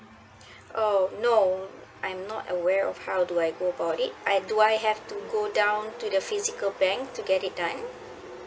oh no I'm not aware of how do I go about it I uh do I have to go down to the physical bank to get it done